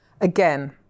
Again